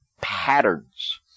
patterns